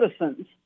citizens